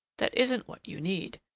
that isn't what you need.